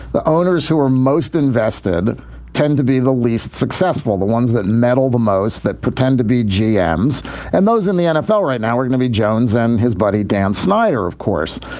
the owners who are most invested tend to be the least successful, and the ones that medal the most, that pretend to be g m s and those in the nfl right now, we're going to see jones and his buddy dan snyder, of course.